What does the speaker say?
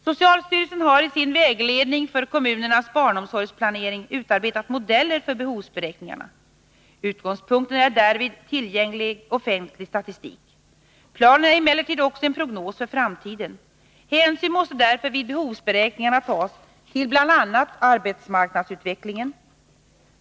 Socialstyrelsen har i sin vägledning för kommunernas barnomsorgsplanering utarbetat modeller för behovsberäkningarna. Utgångspunkten är därvid tillgänglig offentlig statistik. Planen är emellertid också en prognos för framtiden. Hänsyn måste därför vid behovsberäkningarna tas till bl.a. arbetsmarknadsutvecklingen.